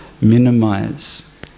minimize